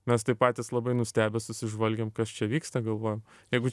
mes taip patys labai nustebę susižvalgėm kas čia vyksta galvojau jeigu